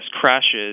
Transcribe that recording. crashes